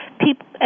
people